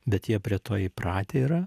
bet jie prie to įpratę yra